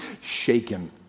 shaken